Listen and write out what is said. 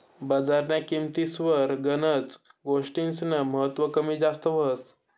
बजारन्या किंमतीस्वर गनच गोष्टीस्नं महत्व कमी जास्त व्हस